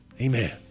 Amen